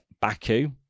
Baku